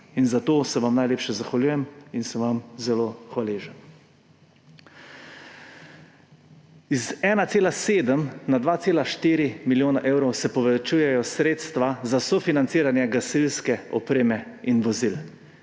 In za to se vam najlepše zahvaljujem in sem vam zelo hvaležen. Z 1,7 na 2,4 milijona evrov se povečujejo sredstva za sofinanciranje gasilske opreme in vozil.